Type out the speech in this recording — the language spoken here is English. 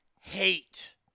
hate